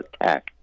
attack